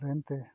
train ᱛᱮ